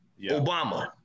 Obama